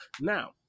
Now